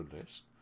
list